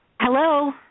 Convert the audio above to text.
hello